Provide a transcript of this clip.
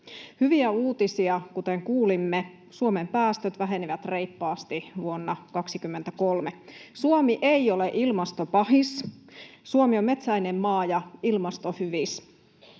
Hyviä uutisia, kuten kuulimme: Suomen päästöt vähenivät reippaasti vuonna 23. Suomi ei ole ilmastopahis, Suomi on metsäinen maa ja ilmastohyvis.